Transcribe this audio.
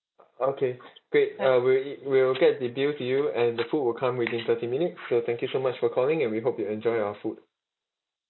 ah ah okay great uh we will e~ we will get the bill to you and the food will come within thirty minute so thank you so much for calling and we hope you enjoy our food